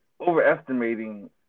overestimating